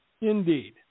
Indeed